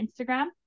instagram